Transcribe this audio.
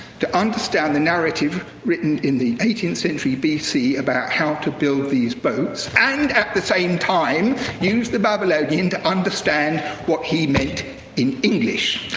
to understand the narrative written in the eighteenth century b c. about how to build these boats. and at the same time use the babylonian to understand what he meant in english.